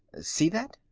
see that?